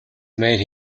made